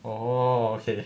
oh okay